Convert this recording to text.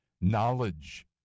knowledge